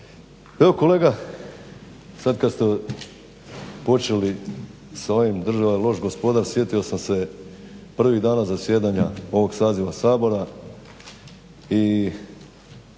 Evo kolega sada kada ste počeli sa ovim država je loš gospodar sjetio sam se prvih dana zasjedanja ovog saziva Sabora